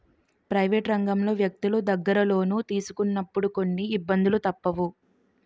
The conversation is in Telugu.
ప్రైవేట్ రంగంలో వ్యక్తులు దగ్గర లోను తీసుకున్నప్పుడు కొన్ని ఇబ్బందులు తప్పవు